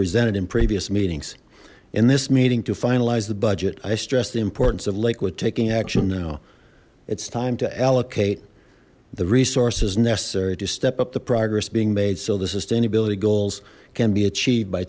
presented in previous meetings in this meeting to finalize the budget i stressed the importance of liquid taking action now it's time to allocate the resources necessary to step up the progress being made so the sustainability goals can be achieved by